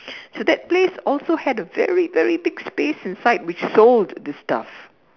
so that place also had a very very big space inside which sold this stuff